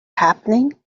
happening